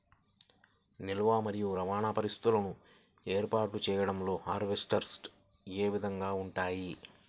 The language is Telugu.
నిల్వ మరియు రవాణా పరిస్థితులను ఏర్పాటు చేయడంలో హార్వెస్ట్ ఏ విధముగా ఉంటుంది?